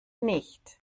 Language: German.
nicht